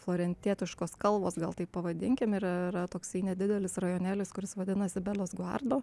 florentietiškos kalvos gal taip pavadinkim ir yra toksai nedidelis rajonėlis kuris vadinasi belos guardo